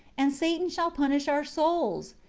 and satan shall punish our souls?